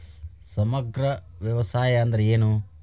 ಸಮಗ್ರ ವ್ಯವಸಾಯ ಅಂದ್ರ ಏನು?